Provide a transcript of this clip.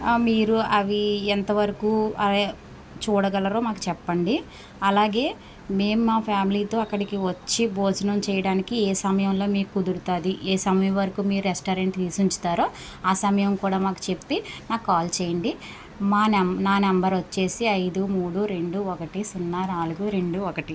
మీరు అవి ఎంతవరకు చూడగలరో మాకు చెప్పండి అలాగే మేము మా ఫ్యామిలీతో అక్కడికి వచ్చి భోజనం చేయడానికి ఏ సమయంలో మీకు కుదురుతుంది ఏ సమయం వరకు మీ రెస్టారెంట్ తీసి ఉంచుతారో ఆ సమయం కూడా మాకు చెప్పి నాకు కాల్ చేయండి మా నెం నా నెంబర్ వచ్చి ఐదు మూడు రెండు ఒకటి సున్నా నాలుగు రెండు ఒకటి